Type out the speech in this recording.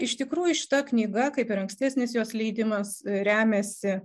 iš tikrųjų šita knyga kaip ir ankstesnis jos leidimas remiasi